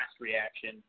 reaction